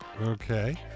Okay